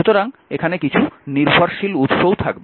সুতরাং কিছু নির্ভরশীল উৎসও থাকবে